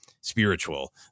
spiritual